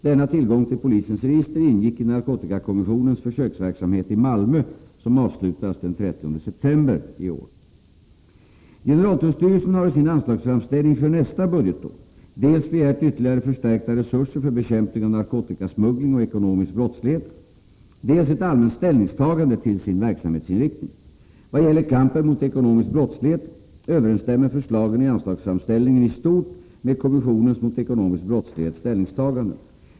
Denna tillgång till polisens register ingick i narkotikakommissionens försöksverksamhet i Malmö, som avslutades den 30 september i år. Generaltullstyrelsen har i sin anslagsframställning för nästa budgetår begärt dels ytterligare förstärkta resurser för bekämpning av narkotikasmuggling och ekonomisk brottslighet, dels ett allmänt ställningstagande till sin verksamhetsinriktning. Vad gäller kampen mot ekonomisk brottslighet överensstämmer förslagen i anslagsframställningen i stort med kommissionens mot ekonomisk brottslighet ställningstaganden.